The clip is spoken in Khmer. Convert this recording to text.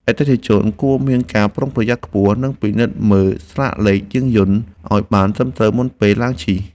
អតិថិជនគួរមានការប្រុងប្រយ័ត្នខ្ពស់ និងពិនិត្យមើលស្លាកលេខយានយន្តឱ្យបានត្រឹមត្រូវមុនពេលឡើងជិះ។